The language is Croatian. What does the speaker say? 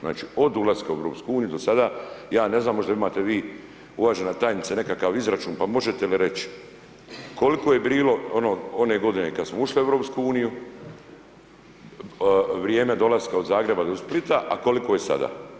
Znači od ulaska u EU do sada, ja ne znam, možda imate vi uvažena tajnice nekakav izračun pa možete li reći, koliko je bilo one godine kad smo ušli u EU vrijeme dolaska od Zagreba do Splita, a koliko je sada?